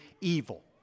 evil